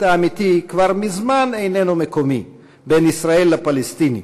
האמיתי כבר מזמן איננו מקומי בין ישראל לפלסטינים,